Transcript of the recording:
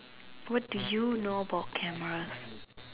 what do you know about cameras